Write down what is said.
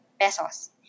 pesos